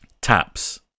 Taps